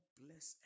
bless